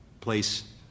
place